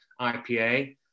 IPA